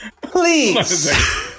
Please